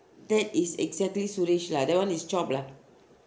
that is exactly suresh lah that one is chop lah